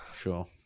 Sure